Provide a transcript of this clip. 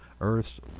Earth's